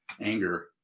Anger